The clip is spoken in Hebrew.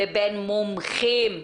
לבין מומחים.